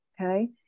Okay